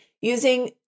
using